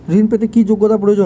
ঋণ পেতে কি যোগ্যতা প্রয়োজন?